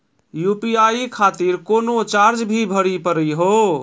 UPI खातिर कोनो charge भी भरी पड़ी हो?